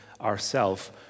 ourself